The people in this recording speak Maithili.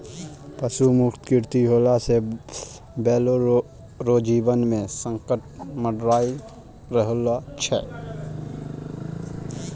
पशु मुक्त कृषि होला से बैलो रो जीवन मे संकट मड़राय रहलो छै